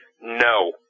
no